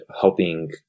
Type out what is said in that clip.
helping